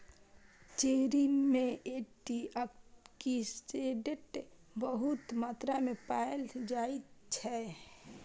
cherry मे antioxidant बहुत मात्रा मे पाएल जाइ छै